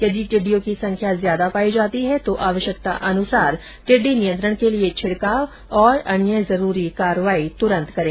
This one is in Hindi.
यदि टिड्डियों की संख्या ज्यादा पायी जाती है तो आवश्यकता अनुसार टिड्डी नियंत्रण के लिए छिड़काव और अन्य जरूरी कार्रवाई तत्काल करें